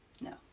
No